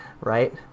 Right